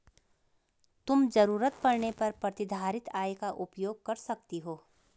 तुम ज़रूरत पड़ने पर प्रतिधारित आय का उपयोग कर सकती हो